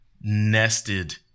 nested